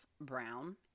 Brown